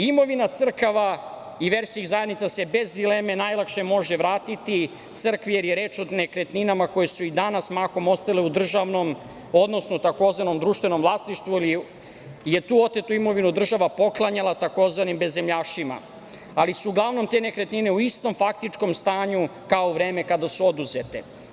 Imovina crkava i verskih zajednica se bez dileme najlakše može vratiti crkvi jer je reč o nekretninama koje su i danas mahom ostale u državnom, odnosno tzv. društvenom vlasništvu jer je tu otetu imovinu država poklanjala tzv. bezemljašima, ali su uglavnom te nekretnina u istom faktičnom stanju kao u vreme kada su oduzete.